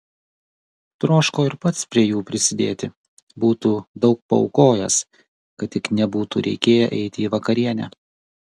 troško ir pats prie jų prisidėti būtų daug paaukojęs kad tik nebūtų reikėję eiti į vakarienę